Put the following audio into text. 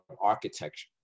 architecture